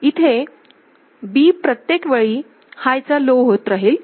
इथे B प्रत्येक वेळी हाय चा लो होत राहील